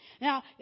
Now